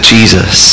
Jesus